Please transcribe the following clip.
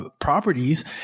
properties